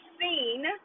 seen